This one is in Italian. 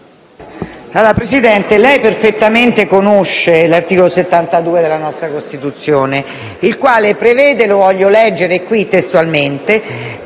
Presidente, lei conosce perfettamente l'articolo 72 della nostra Costituzione, il quale - lo voglio leggere qui testualmente